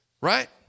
Right